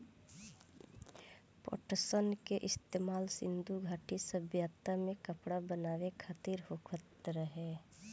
पटसन के इस्तेमाल सिंधु घाटी सभ्यता में कपड़ा बनावे खातिर होखत रहे